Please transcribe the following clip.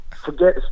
Forget